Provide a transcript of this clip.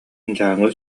дьааҥы